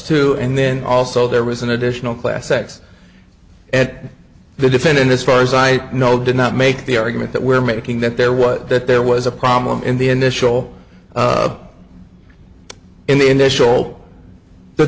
two and then also there was an additional class x and the defendant as far as i know did not make the argument that we're making that there was that there was a problem in the initial in the initial